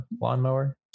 lawnmower